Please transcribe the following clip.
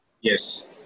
Yes